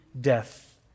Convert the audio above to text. death